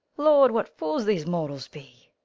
lord, what fools these mortals be!